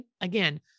again